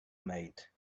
made